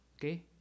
okay